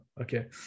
okay